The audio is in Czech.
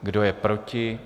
Kdo je proti?